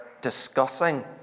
discussing